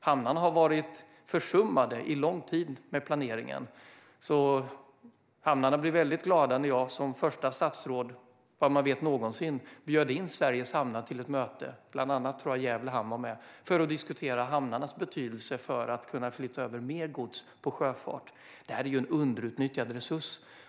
Hamnarna har varit försummade under lång tid i fråga om planeringen. Från Sveriges hamnar blev man därför mycket glad när jag som första statsråd någonsin, vad jag vet, bjöd in hamnarna till ett möte - jag tror att bland andra Gävle hamn var med - för att diskutera hamnarnas betydelse för att mer gods ska kunna flyttas över till sjöfart. Detta är underutnyttjad resurs.